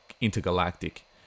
intergalactic